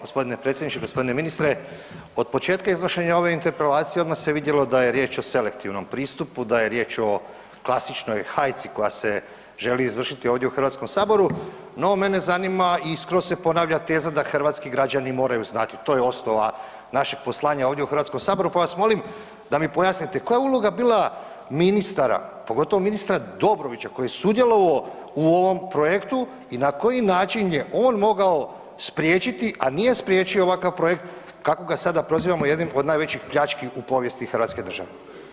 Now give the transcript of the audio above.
Gospodine predsjedniče, gospodine ministre odmah se vidjelo da je riječ o selektivnom pristupu, da je riječ o klasičnoj hajci koja se želi izvršiti ovdje u Hrvatskom saboru, no mene zanima i skroz se ponavlja teza da hrvatski građani moraju znati to je osnova našeg poslanja ovdje u Hrvatskom saboru, pa vas molim da vas pojavim koja je uloga bila ministara, pogotovo ministra Dobrovića koji je sudjelovao u ovom projektu i na koji način je on mogao spriječiti, a nije spriječio ovakav projekt kako ga sada prozivamo jednom od najvećih pljački u povijesti hrvatske države.